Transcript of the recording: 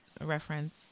reference